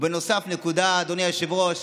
ובנוסף נקודה, אדוני היושב-ראש: